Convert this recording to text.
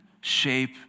shape